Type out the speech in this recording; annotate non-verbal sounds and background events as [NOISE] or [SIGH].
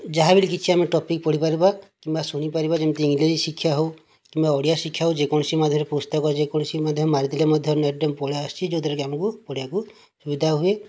ଯାହା [UNINTELLIGIBLE] କିଛି ଆମେ ଟପିକ୍ ପଢ଼ିପାରିବା କିମ୍ବା ଶୁଣିପାରିବା ଯେମିତି ଇଂଲିଶ ଶିକ୍ଷା ହେଉ କିମ୍ବା ଓଡ଼ିଆ ଶିକ୍ଷା ହେଉ ଯେକୌଣସି ମାଧ୍ୟମରେ ପୁସ୍ତକ ଯେକୌଣସି ମାଧ୍ୟମ ମାରିଦେଲେ ମଧ୍ୟ ନେଟ୍ରେ ପଳାଇଆସୁଛି ଯେଉଁଥିରେକି ଆମକୁ ପଢ଼ିବାକୁ ସୁବିଧା ହୁଏ